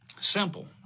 simple